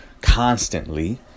constantly